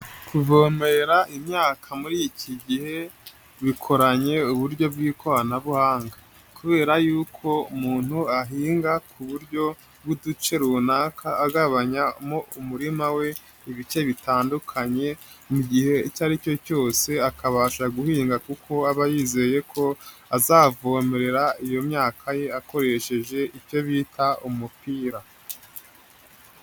Kuvomerera imyaka muri iki gihe bikoranye uburyo bw'ikoranabuhanga kubera yuko umuntu ahinga ku buryo bw'uduce runaka agabanyamo umurima we ibice bitandukanye, mu igihe icyo ari cyo cyose akabasha guhinga kuko aba yizeye ko azavomerera iyo myaka ye, akoresheje icyo bita umupira.